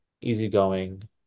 easygoing